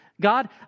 God